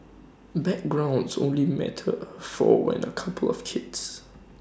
backgrounds only matter for when A couple have kids